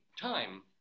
time